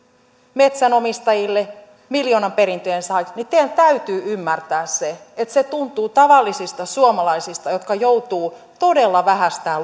metsänomistajille miljoonaperintöjen saajille teidän täytyy ymmärtää se että se tuntuu tavallisista suomalaisista jotka joutuvat todella vähästään